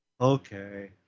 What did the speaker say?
Okay